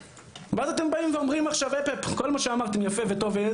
ואז אתם באים ואומרים עכשיו שכל מה שאמרנו הוא יפה וטוב וכולי,